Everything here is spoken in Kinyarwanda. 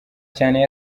cyane